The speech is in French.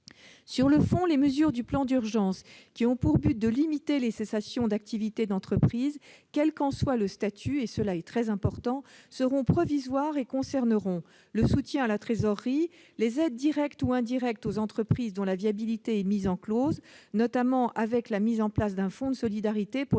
Sur le fond, les mesures du plan d'urgence, qui ont pour finalité de limiter les cessations d'activité d'entreprises, quel qu'en soit le statut- cela est très important -, seront provisoires. Elles concerneront le soutien à la trésorerie et l'attribution d'aides directes ou indirectes aux entreprises dont la viabilité est mise en cause, notamment grâce à la mise en place d'un fonds de solidarité pour les TPE et les